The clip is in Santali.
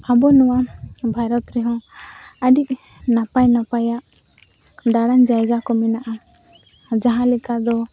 ᱟᱵᱚ ᱱᱚᱣᱟ ᱵᱷᱟᱨᱚᱛ ᱨᱮᱦᱚᱸ ᱟᱹᱰᱤ ᱱᱟᱯᱟᱭ ᱱᱟᱯᱟᱭᱟᱜ ᱫᱟᱬᱟᱱ ᱡᱟᱭᱜᱟᱠᱚ ᱢᱮᱱᱟᱜᱼᱟ ᱡᱟᱦᱟᱸᱞᱮᱠᱟᱫᱚ